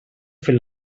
fer